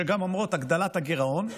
שגם אומרות הגדלת הגירעון.